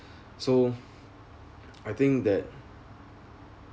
so I think that